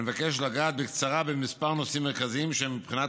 אני מבקש לגעת בקצרה בכמה נושאים מרכזיים שהם בבחינת